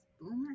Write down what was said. boomer